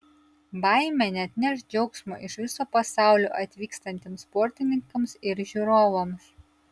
baimė neatneš džiaugsmo iš viso pasaulio atvykstantiems sportininkams ir žiūrovams